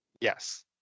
Yes